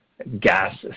gas